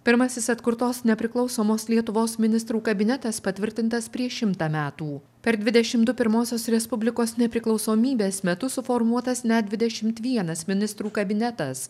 pirmasis atkurtos nepriklausomos lietuvos ministrų kabinetas patvirtintas prieš šimtą metų per dvidešimt du pirmosios respublikos nepriklausomybės metus suformuotas net dvidešimt vienas ministrų kabinetas